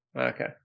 Okay